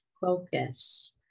focus